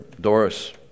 Doris